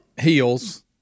heels